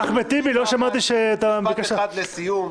אחמד טיבי, לא שמעתי שאתה --- משפט אחד לסיום.